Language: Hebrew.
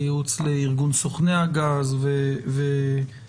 בייעוץ לארגון סוכני הגז וכו'.